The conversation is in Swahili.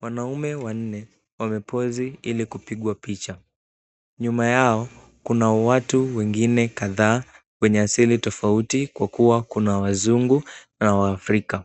Wanaume wanne wamepozi ili kupigwa picha. Nyuma yao kuna watu wengine kadhaa wenye asili tofauti kwa kuwa kuna wazungu na waafrika.